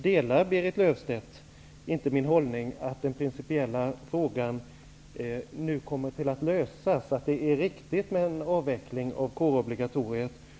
Delar Berit Löfstedt inte min inställning att den principiella frågan nu kommer att lösas och att det är riktigt med en avveckling av kårobligatoriet?